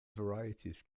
varieties